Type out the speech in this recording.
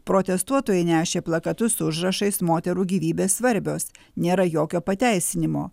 protestuotojai nešė plakatus su užrašais moterų gyvybės svarbios nėra jokio pateisinimo